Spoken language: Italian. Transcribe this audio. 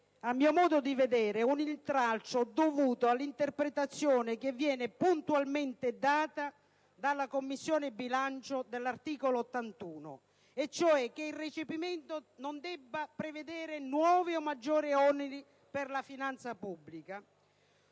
a mio modo di vedere, un intralcio dovuto all'interpretazione che viene puntualmente data dalla Commissione bilancio dell'articolo 81 della Costituzione, e cioè che il recepimento non debba prevedere nuovi o maggiori oneri per la finanza pubblica.